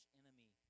enemy